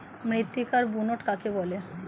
মৃত্তিকার বুনট কাকে বলে?